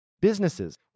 Businesses